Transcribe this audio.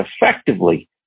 effectively